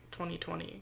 2020